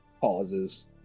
pauses